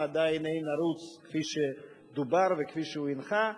עדיין אין ערוץ כפי שדובר וכפי שהוא הנחה.